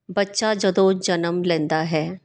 ਬੱਚਾ ਜਦੋਂ ਜਨਮ ਲੈਂਦਾ ਹੈ